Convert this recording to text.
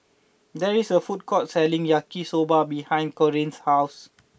there is a food court selling Yaki Soba behind Corrine's house